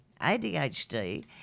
ADHD